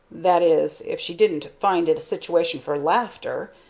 that is, if she didn't find it a situation for laughter,